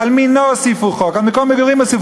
על מינו הוסיפו חוק,